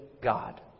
God